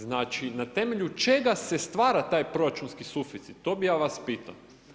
Znači na temelju čega se stvara taj proračunski suficit, to bi ja vas pitao?